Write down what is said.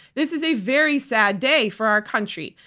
this is a very sad day for our country,